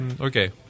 Okay